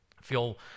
feel